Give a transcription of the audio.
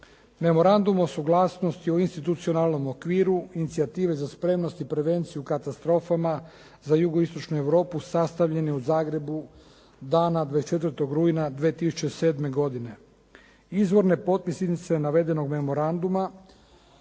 Memorandum o suglasnosti u institucionalnom okviru, inicijative za spremnost i prevenciju u katastrofama za jugoistočnu Europu sastavljen je u Zagrebu dana 24. rujna 2007. godine. Izvorne potpisnice navedenog memoranduma